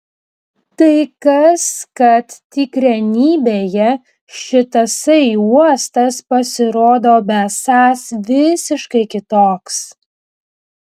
tai kas kad tikrenybėje šitasai uostas pasirodo besąs visiškai kitoks